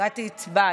קטי, הצבעת.